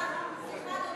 סליחה.